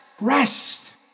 rest